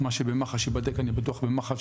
מה שבמח"ש ייבדק, אני בטוח במח"ש.